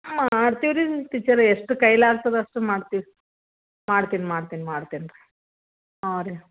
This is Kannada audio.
ಮಾಡ್ತೀವ್ರಿ ಟೀಚರೆ ಎಷ್ಟು ಕೈಲಾಗ್ತದೆ ಅಷ್ಟು ಮಾಡ್ತೀನಿ ಮಾಡ್ತೀನಿ ಮಾಡ್ತೀನಿ ಮಾಡ್ತೀನಿ ರೀ ಹಾಂ ರೀ